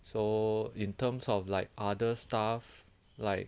so in terms of like other stuff like